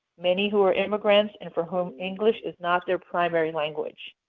many who are immigrants and for whom english is not their primary language.